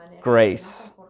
grace